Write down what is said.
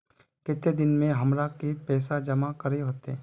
केते दिन में हमरा के पैसा जमा करे होते?